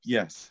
Yes